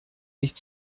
nicht